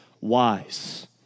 wise